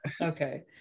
Okay